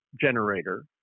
generator